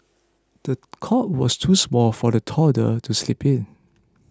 the cot was too small for the toddler to sleep in